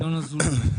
ינון אזולאי.